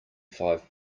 five